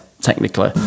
technically